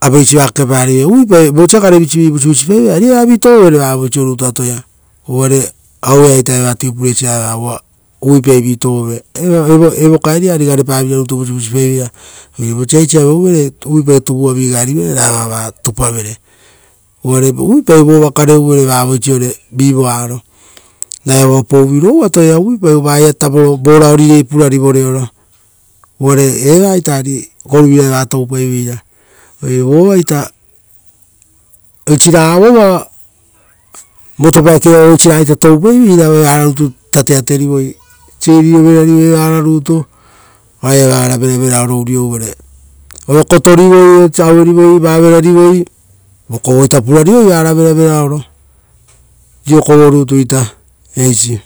apeisi vaa kekepa rivere. Vuipai vosa garevisivi vusivusipaire, ari eva tovovere vavoiso rutu atoia. Uvare auea ita eva vaa tubeless eva, uva uvuipai ra vi torove, evo pura ia ari garepa vira rutu vusivusi paiveira. Oire vosa eisi aueuvere, uvuipau ra tuvu avi gae rivere ra eva vatupavere. Uvare uvuipau raa vova kareuvere vavoisore vii. Voaro, raa evoa pouvirou atoia. Uvuipau ra vaia vo raori purari voreoro, uva evaa ari eva goruvira toupaiveira. Oire vovaita, oisi raga vova motor bike iava oisi raga ita toupai veira, evara rutu tatea te rivoi seriro vera rivoi vara rutu, oaia evara veravera oro uriou vere. Oira kotorivoi va verari voi, vokovoita purarivoi vara veravera oro. Riro kovo rutuita. Eisi.